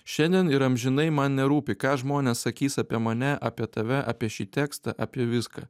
šiandien ir amžinai man nerūpi ką žmonės sakys apie mane apie tave apie šį tekstą apie viską